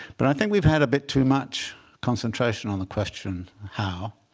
but i think we've had a bit too much concentration on the question, how?